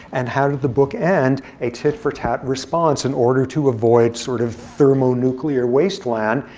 and how did the book end? a tit for tat response. in order to avoid sort of thermonuclear wasteland,